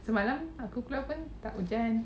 semalam aku keluar pun tak hujan